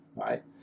right